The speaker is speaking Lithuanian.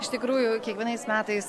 iš tikrųjų kiekvienais metais